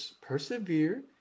persevere